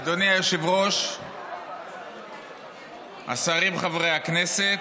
אדוני היושב-ראש, השרים, חברי הכנסת,